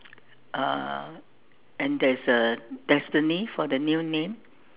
uh and there's a destiny for the new name